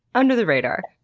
under the radar.